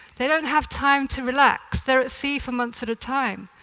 they don't have time to relax. they're at sea for months at a time,